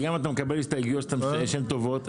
זה גם אתה מקבל הסתייגויות שהן טובות,